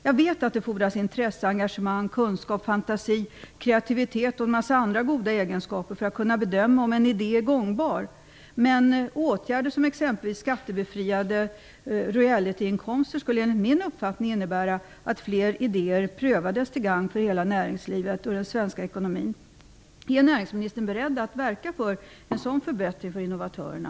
Jag vet att det fordras intresse, engagemang, kunskap, fantasi, kreativitet och en mängd andra goda egenskaper för att kunna bedöma om en idé är gångbar, men åtgärder som exempelvis skattebefrielse av royaltyinkomster skulle enligt min uppfattning innebära att fler idéer prövades till gagn för näringslivet och den svenska ekonomin. Är näringsministern beredd att verka också för en sådan förbättring för innovatörerna?